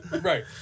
Right